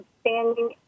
standing